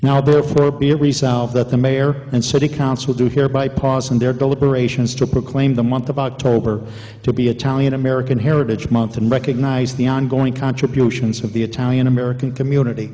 now therefore be it resolved that the mayor and city council do hereby pause in their deliberations to proclaim the month of october to be a tally in american heritage month and recognize the ongoing contributions of the italian american community